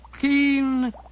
keen